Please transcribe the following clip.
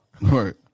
Right